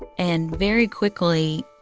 and very quickly,